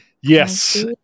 Yes